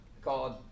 called